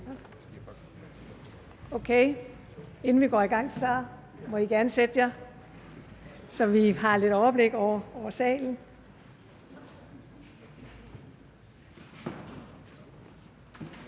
Inden vi går i gang, må man gerne sætte sig, så vi har lidt overblik over salen.